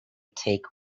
take